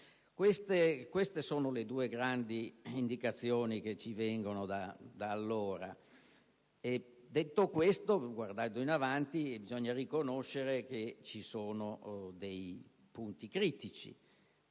Queste sono le due grandi indicazioni che ci vengono da allora. Detto questo, guardando avanti, bisogna riconoscere che ci sono dei punti critici.